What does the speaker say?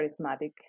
charismatic